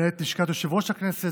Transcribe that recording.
מנהלת לשכת יושב-ראש הכנסת,